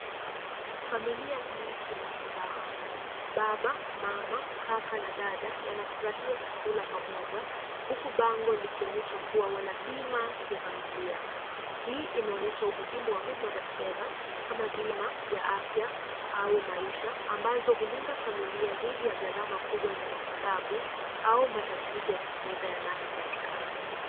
Familia hii ina furaha. Baba, mama, kaka na dada wanafurahia chakula pamoja huku bango likionyesha kuwa wana bima ya familia. Hii inaonyesha umuhimu wa huduma za kifedha kama bima ya afya au maisha ambazo hulinda familia dhidi ya gharama kubwa za matibabu au matatizo ya kifedha yanayopatikana.